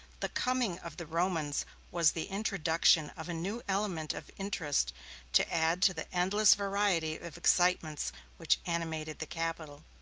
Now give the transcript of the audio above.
the coming of the romans was the introduction of a new element of interest to add to the endless variety of excitements which animated the capital.